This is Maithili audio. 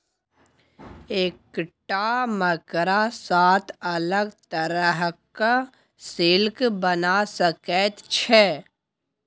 एकटा मकड़ा सात अलग तरहक सिल्क बना सकैत छै